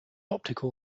optical